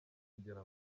kugira